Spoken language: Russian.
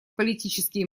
политические